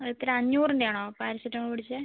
എത്രയാണ് അഞ്ഞൂറിൻ്റെയാണോ പാരസെറ്റമോള് കുടിച്ചത്